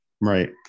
right